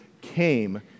came